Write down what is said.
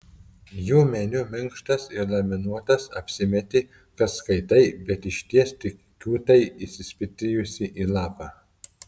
jų meniu minkštas ir laminuotas apsimeti kad skaitai bet išties tik kiūtai įsispitrijusi į lapą